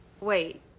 Wait